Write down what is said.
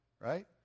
Right